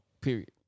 Period